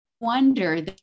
wonder